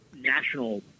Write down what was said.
national